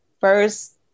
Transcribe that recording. first